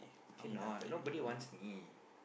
cannot nobody wants me